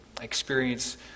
experience